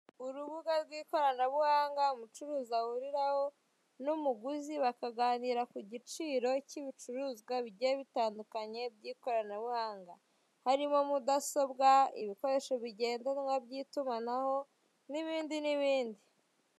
Urubuga rw'ikoranabuhanga umucuruzi ahuriraho n'umuguzi bakaganira ku giciro cy'ibicuruzwa bigiye bitandukanye by'ikoranabuhanga, harimo mudasobwa, ibikoresho bigendanwa by'itumanaho, n'ibindi n'ibindi.